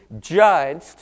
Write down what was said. judged